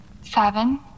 seven